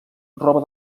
roba